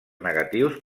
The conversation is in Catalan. negatius